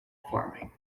farming